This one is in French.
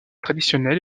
traditionnelle